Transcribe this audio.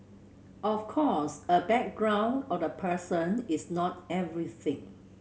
of course a background of a person is not everything